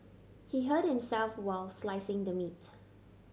he hurt himself while slicing the meat